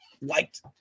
liked